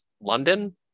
London